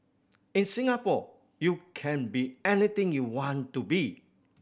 in Singapore you can be anything you want to be